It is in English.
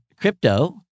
crypto